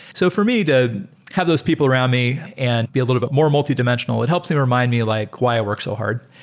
so for me, to have those people around me and be a little bit more multidimensional, it helps to remind me like why i work so hard.